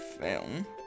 film